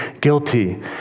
guilty